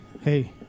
hey